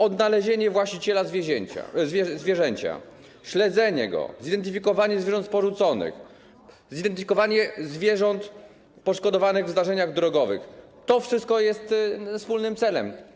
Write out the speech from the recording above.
Odnalezienie właściciela zwierzęcia, śledzenie go, identyfikowanie zwierząt porzuconych, identyfikowanie zwierząt poszkodowanych w zdarzeniach drogowych - to wszystko jest wspólnym celem.